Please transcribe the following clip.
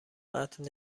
قتل